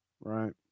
right